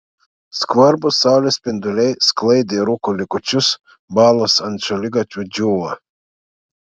skvarbūs saulės spinduliai sklaidė rūko likučius balos ant šaligatvių džiūvo